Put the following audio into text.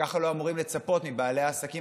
ככה לא אמורים לצפות מבעלי העסקים